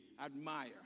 admire